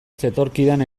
zetorkidan